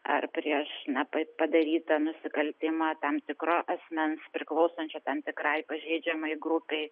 ar prieš na pa padarytą nusikaltimą tam tikro asmens priklausančio tam tikrai pažeidžiamai grupei